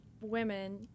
women